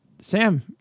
Sam